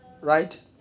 right